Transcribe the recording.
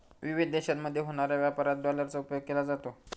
विविध देशांमध्ये होणाऱ्या व्यापारात डॉलरचा उपयोग केला जातो